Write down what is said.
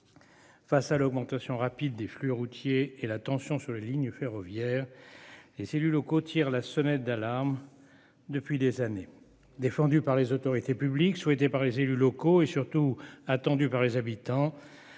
Face à l'augmentation rapide des flux routiers et la tension sur la lignes ferroviaire et c'est lui locaux tirent la sonnette d'alarme. Depuis des années, défendu par les autorités publiques souhaitée par les élus locaux et surtout attendu par les habitants.